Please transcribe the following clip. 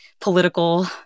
political